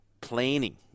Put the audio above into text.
planning